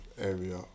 area